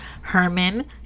Herman